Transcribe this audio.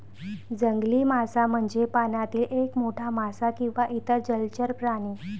जंगली मासा म्हणजे पाण्यातील एक मोठा मासा किंवा इतर जलचर प्राणी